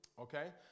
Okay